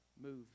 move